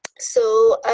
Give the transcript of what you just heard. so,